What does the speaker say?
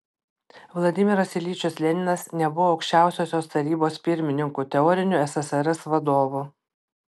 vladimiras iljičius leninas nebuvo aukščiausios tarybos pirmininku teoriniu ssrs vadovu